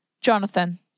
Jonathan